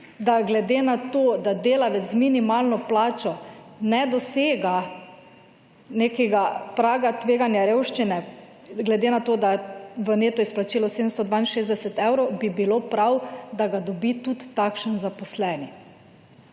da glede na to, da delavec z minimalno plačo ne dosega nekega praga tveganja revščine glede na to, da je v netu izplačilo 762 evrov, bi bilo prav, da ga dobi tudi takšen zaposlen.